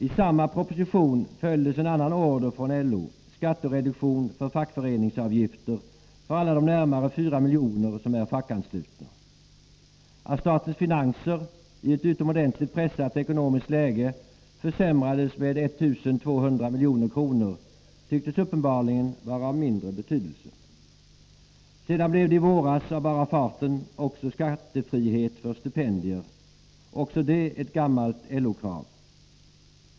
I samma proposition följdes en annan order från LO — skattereduktion för fackföreningsavgifter för alla de närmare 4 miljoner som är fackanslutna. Att statens finanser i ett utomordentligt pressat ekonomiskt läge försämrades med 1 200 milj.kr. tycktes uppenbarligen vara av mindre betydelse. Sedan blev det i våras av bara farten också skattefrihet för stipendier — också det ett gammalt LO-krav.